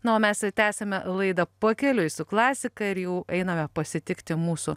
na o mes tęsiame laidą pakeliui su klasika ir jau einame pasitikti mūsų